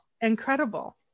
incredible